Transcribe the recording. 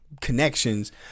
connections